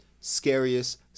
scariest